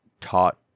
taught